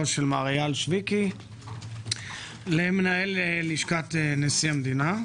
של מר אייל שויקי למנכ"ל לשכת נשיא המדינה.